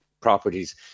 properties